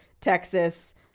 Texas